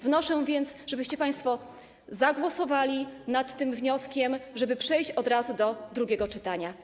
Wnoszę więc, żebyście państwo zagłosowali nad wnioskiem, żeby przejść od razu do drugiego czytania.